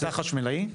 (היו"ר עודד פורר, 13:32) אתה חשמלאי?